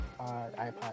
iPod